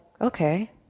okay